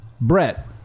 Brett